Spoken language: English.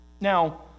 Now